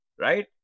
right